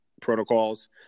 protocols